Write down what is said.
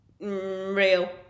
real